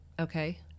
Okay